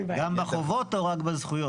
גם בחובות או רק בזכויות?